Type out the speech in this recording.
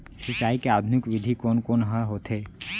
सिंचाई के आधुनिक विधि कोन कोन ह होथे?